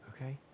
Okay